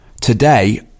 Today